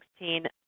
2016